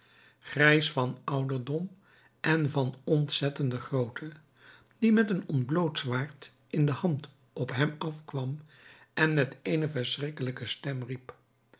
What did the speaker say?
grijs van ouderdom en van ontzettende grootte die met een ontbloot zwaard in de hand op hem afkwam en met eene verschrikkelijke stem riep